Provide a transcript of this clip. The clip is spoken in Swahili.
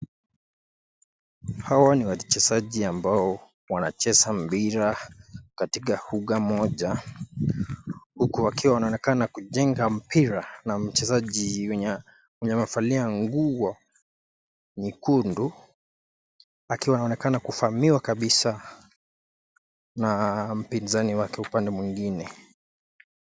Hawa ni wachezaji ambao wanacheza mpira katika uga mmoja, huku wakiwa wameonekana kucheza mpira na wachezaji wenye wamevalia nguo nyekundu akiwa anaonekana kuvamiuwa kabisa na mpizani wake upande mwingine.